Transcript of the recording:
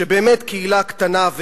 שבאמת קהילה קטנה,